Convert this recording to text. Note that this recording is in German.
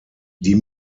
die